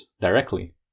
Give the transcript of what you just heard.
directly